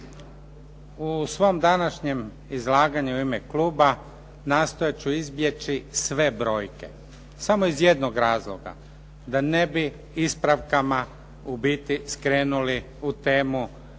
U svom današnje izlaganju u ime kluba nastojat ću izbjeći sve brojke samo iz jednog razloga da ne bih ispravkama u biti skrenuli u temu